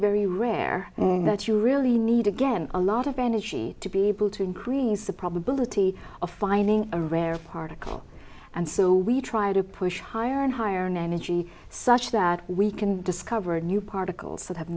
very rare that you really need again a lot of energy to be able to increase the probability of finding a rare particle and so we try to push higher and higher an energy such that we can discover new particles that have